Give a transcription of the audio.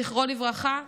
זכרו לברכה,